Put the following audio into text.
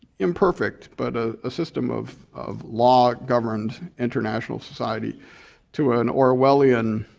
imperfect, but a system of of law governed international society to an orwellian